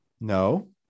No